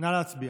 נא להצביע.